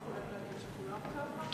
אנחנו יכולים להגיד שכולם ככה?